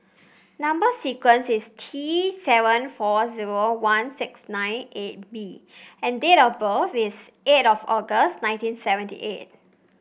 number sequence is T seven four zero one six nine eight B and date of birth is eight of August nineteen seventy eight